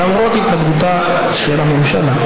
למרות התנגדותה של הממשלה.